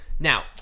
Now